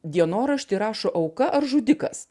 dienoraštį rašo auka ar žudikas